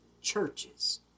churches